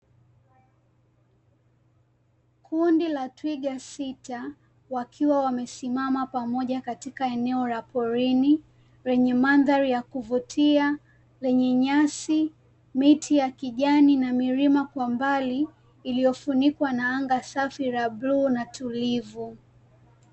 Kundi la twiga sita wakiwa wamesimama pamoja katika eneo la porini lenye mandhari ya kuvutia lenye nyasi, miti ya kijani na milima kwa mbali iliyofunikwa na anga safi la bluu na tulivu .